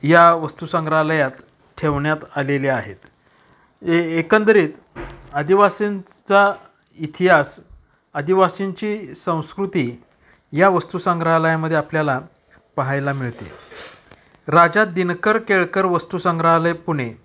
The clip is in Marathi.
या वस्तू संग्रहालयात ठेवण्यात आलेल्या आहेत ए एकंदरीत आदिवासींचा इतिहास आदिवासींची संस्कृती या वस्तू संग्रहालयामध्ये आपल्याला पाहायला मिळते राजा दिनकर केळकर वस्तू संग्रहालय पुणे